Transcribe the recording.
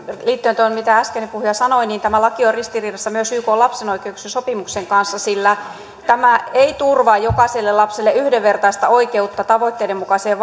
liittyen tuohon mitä äskeinen puhuja sanoi tämä laki on ristiriidassa myös ykn lapsen oikeuksien sopimuksen kanssa sillä tämä ei turvaa jokaiselle lapselle yhdenvertaista oikeutta tavoitteiden mukaiseen